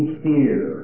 fear